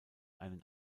einen